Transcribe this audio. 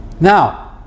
Now